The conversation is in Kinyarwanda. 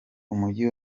umujyi